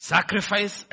Sacrifice